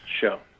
show